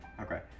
Okay